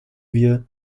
wir